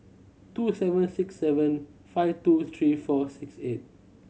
two seven six seven five two three four six eight